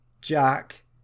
Jack